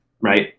right